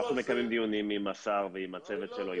אנחנו מקיימים דיונים עם השר ועם הצוות שלו,